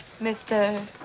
Mr